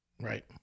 Right